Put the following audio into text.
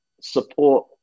support